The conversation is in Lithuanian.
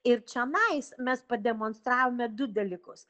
ir čionais mes pademonstravome du dalykus